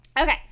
Okay